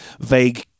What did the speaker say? vague